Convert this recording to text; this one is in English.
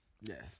yes